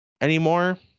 anymore